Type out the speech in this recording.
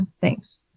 thanks